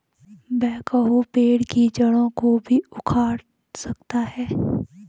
backhoe पेड़ की जड़ों को भी उखाड़ सकता है